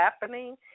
happening